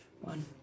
one